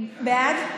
בעד.